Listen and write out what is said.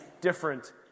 different